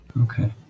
Okay